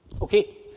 Okay